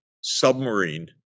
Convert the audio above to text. submarine